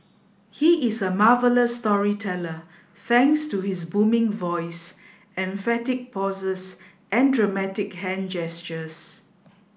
he is a marvellous storyteller thanks to his booming voice emphatic pauses and dramatic hand gestures